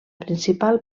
principal